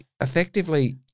effectively